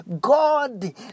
God